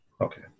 Okay